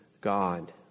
God